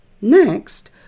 Next